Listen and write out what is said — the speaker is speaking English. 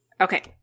Okay